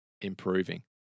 improving